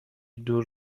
دور